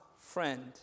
friend